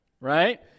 right